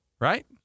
Right